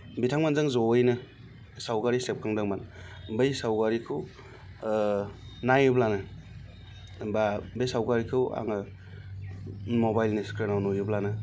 बिथांमोनजों ज'यैनो सावगारि सेबखांदोंमोन बै सावगारिखौ नाइयोब्लानो होमबा बे सावगारिखौ आङो मबाइलनि स्क्रिनआव नुयोब्लानो